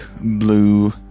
blue